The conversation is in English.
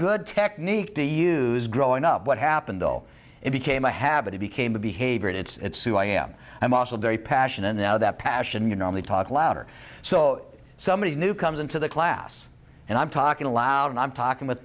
good technique to use growing up what happened though it became a habit it became a behavior it it's who i am i'm also very passionate now that passion you normally talk louder so somebody new comes into the class and i'm talking aloud and i'm talking with